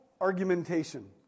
argumentation